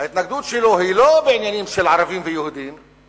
ההתנגדות שלו היא לא בעניינים של ערבים ויהודים,